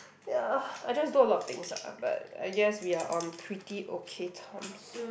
ya I just do a lot of things ah but I guess we are on pretty okay terms